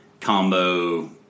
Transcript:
combo